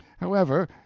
however,